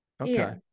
Okay